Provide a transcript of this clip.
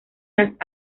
las